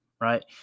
right